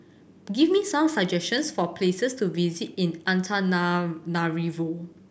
give me some suggestions for places to visit in Antananarivo